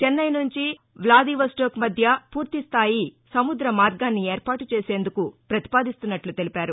చెన్నై నుంచి వ్లాదివొస్టోక్ మధ్య పూర్తి స్టాయి సముద్ర మార్గాన్ని ఏర్పాటు చేసేందుకు ప్రతిపాదిస్తున్నట్లు తెలిపారు